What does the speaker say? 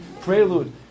prelude